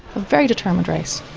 a very determined race,